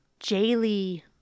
Jaylee